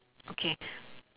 okay